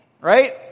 Right